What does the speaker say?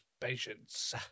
patience